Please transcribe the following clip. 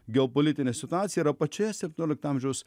geopolitinę situaciją yra pačioje septyniolikto amžiaus